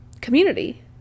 community